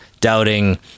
Doubting